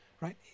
right